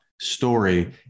story